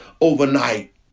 overnight